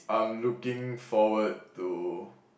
I'm looking forward to